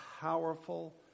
powerful